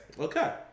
Okay